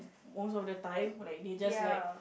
most of the time like they just like